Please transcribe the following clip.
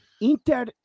Inter